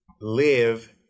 live